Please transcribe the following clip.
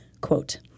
Quote